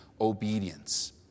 obedience